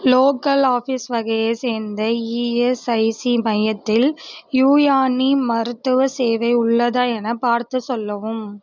local office வகையைச் சேர்ந்த ESIC மையத்தில் யூயானி மருத்துவச் சேவை உள்ளதா எனப் பார்த்துச் சொல்லவும்